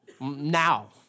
Now